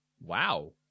Wow